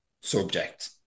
subject